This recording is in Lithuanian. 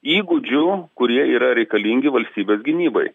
įgūdžių kurie yra reikalingi valstybės gynybai